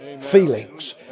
feelings